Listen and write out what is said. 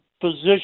position